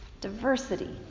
Diversity